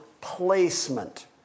placement